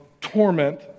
torment